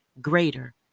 greater